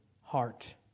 heart